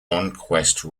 ranch